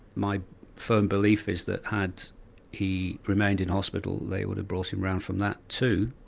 my firm belief is that had he remained in hospital, they would have brought him around from that too.